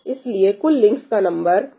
इसलिए कुल लिंक्स का नंबर n24 है